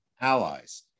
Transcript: allies